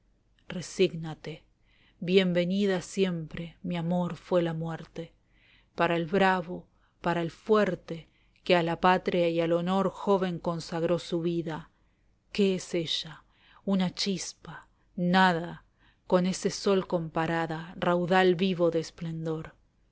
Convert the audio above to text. resígnate bien venida siempre mi amor fué la muerte para el bravo para el fuerte que a la patria y al honor joven consagró su vida qué es ella una chispa nada con ese sol comparada raudal vivó de esplendor